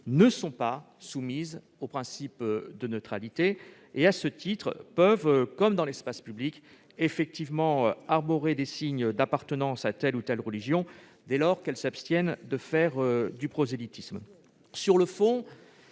ne sont pas soumises au principe de neutralité. À ce titre, elles peuvent, comme dans l'espace public en effet, arborer des signes d'appartenance à telle ou telle religion dès lors qu'elles s'abstiennent de faire du prosélytisme.